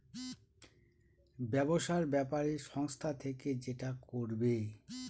ব্যবসার ব্যাপারে সংস্থা থেকে যেটা করবে